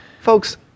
Folks